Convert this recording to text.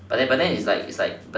but then it's like it's like